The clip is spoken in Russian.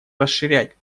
расширять